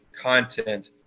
content